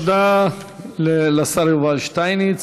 תודה לשר יובל שטייניץ.